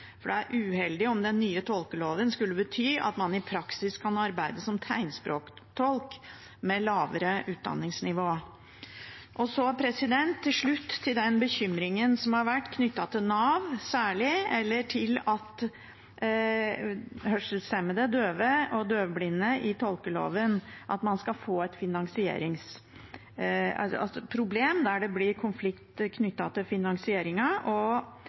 for det er uheldig om den nye tolkeloven skulle bety at man i praksis kan arbeide som tegnspråktolk med lavere utdanningsnivå. Til slutt til den bekymringen som har vært knyttet til særlig Nav, eller til at det skal bli konflikter knyttet til finansiering når det gjelder døve, hørselshemmede og døvblinde i tolkeloven,